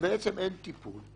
שאין טיפול.